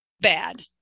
bad